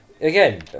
again